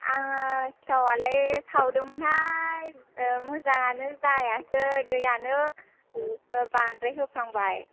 आङो सिथावालाय सावदोंमोनहाय मोजाङानो जायासै दैयानो बांद्राय होफ्लांबाय